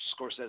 Scorsese